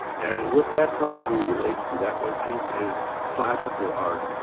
and what that probably relates to, that motif, is classical art,